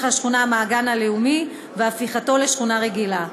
השכונה מהגן הלאומי והפיכתו לשכונה רגילה,